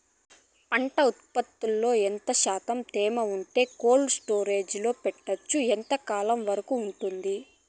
పంట ఉత్పత్తులలో ఎంత శాతం తేమ ఉంటే కోల్డ్ స్టోరేజ్ లో పెట్టొచ్చు? ఎంతకాలం వరకు ఉంటుంది